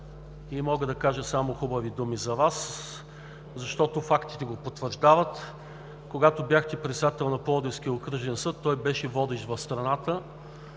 и мога да кажа само хубави думи за Вас, защото фактите го потвърждават – когато бяхте председател на Пловдивския окръжен съд, той беше водещ в страната,